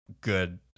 good